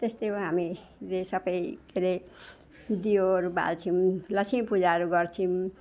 त्यस्तै हो हामीले सबै के रे दियोहरू बाल्छौँ लक्ष्मी पूजाहरू गर्छौँ